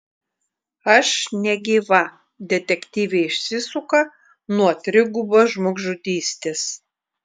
aš negyva detektyvė išsisuka nuo trigubos žmogžudystės